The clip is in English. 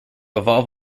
evolve